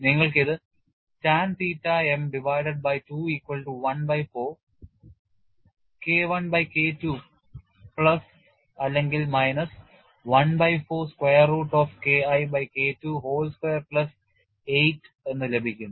നിങ്ങൾക്ക് ഇത് tan theta m divided by 2 equal to 1 by 4 K I by K II plus അല്ലെങ്കിൽ minus 1 by 4 square root of K I by K II whole square plus 8 എന്ന് ലഭിക്കും